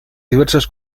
diversas